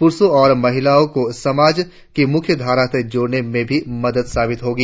पूरुषो और महिलाओं को समाज की मुख्य धारा से जोड़ने में भी मदद साबित होगा